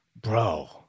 bro